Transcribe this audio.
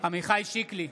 עמיחי שיקלי,